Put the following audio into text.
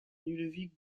ludovic